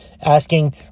asking